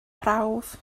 prawf